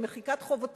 עם מחיקת חובותיו